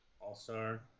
All-star